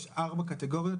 יש ארבע קטגוריות,